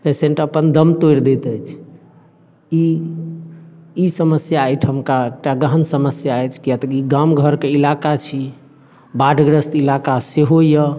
patient अपन दम तोरि दैत अछि ई समस्या एहिठामका एकटा गहन समस्या अछि किए तऽ ई गामघर के इलाका छी बाढग्रस्त इलाका सेहो यऽ